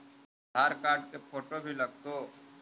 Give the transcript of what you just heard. आधार card के photo भी लग तै?